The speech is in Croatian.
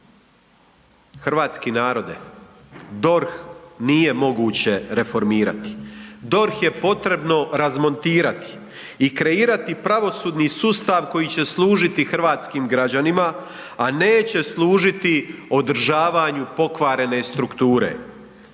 Hrvatski narode, DORH nije moguće reformirati, DORH je potrebno razmontirati i kreirati pravosudni sustav koji će služiti hrvatskim građanima, a neće služiti održavanju pokvarene strukture.